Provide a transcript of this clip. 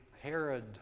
Herod